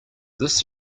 this